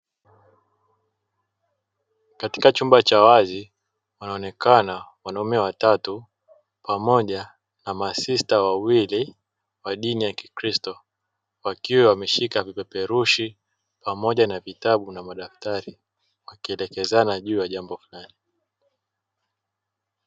Katika chumba cha wazi wanaonekana wanaume watatu pamoja na masista wawili wadini ya kikristo, wakiwa wameshika vipeperushi pamoja na vitabu na madaktari wakielekezana juu ya jambo fulani.